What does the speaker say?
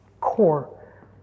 core